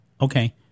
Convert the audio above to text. Okay